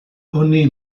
honi